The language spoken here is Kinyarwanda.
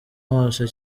hose